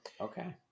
okay